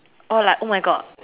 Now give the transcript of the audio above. or like oh my God